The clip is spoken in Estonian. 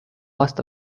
aasta